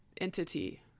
entity